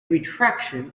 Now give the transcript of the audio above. retraction